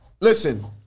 Listen